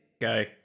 Go